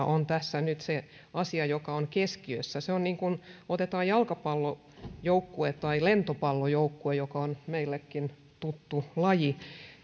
on tässä nyt se asia joka on keskiössä se on kuin jalkapallojoukkueesta tai lentopallojoukkueesta joka on meillekin tuttu laji